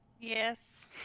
Yes